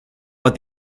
but